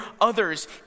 others